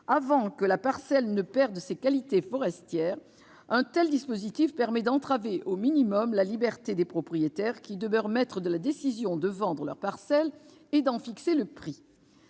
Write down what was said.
avant que la parcelle ne perde ses qualités forestières. Un tel dispositif permet d'entraver au minimum la liberté des propriétaires, qui demeurent maîtres de la décision de vendre leur parcelle et d'en fixer le prix.